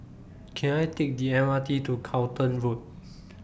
Can I Take The M R T to Charlton Road